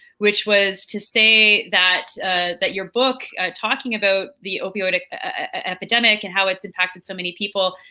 which was to say that that your book talking about the opioid epidemic and how it's impacted so many people,